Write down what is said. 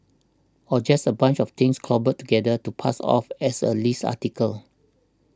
or just a bunch of things cobbled together to pass off as a list article